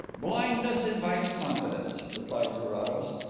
blindness invites confidence, replied carrados.